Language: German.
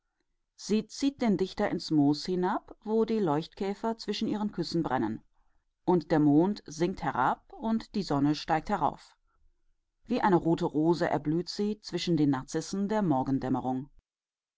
sie zieht den dichter ins moos hinab wo die leuchtkäfer zwischen ihren küssen brennen und der mond sinkt herab und die sonne steigt herauf wie eine rote rose erblüht sie zwischen den narzissen der morgendämmerung